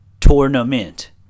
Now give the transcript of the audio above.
Tournament